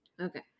Okay